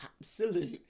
absolute